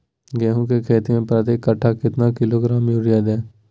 गेंहू की खेती में प्रति कट्ठा कितना किलोग्राम युरिया दे?